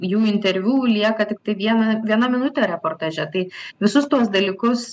jų interviu lieka tiktai viena viena minutė reportaže tai visus tuos dalykus